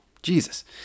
Jesus